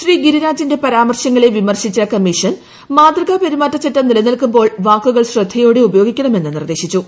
ശ്രീ ഗിരിരാജിന്റെ പ്പരാമർശങ്ങളെ വിമർശിച്ച കമ്മീഷൻ മാതൃകപെരുമാറ്റച്ചട്ടം നില്മ്പിൽക്കുമ്പോൾ വാക്കുകൾ ശ്രദ്ധയോടെ ഉപയോഗിക്കണമെന്ന് പ്രാനിർദ്ദേശിച്ചു